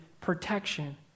protection